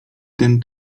ten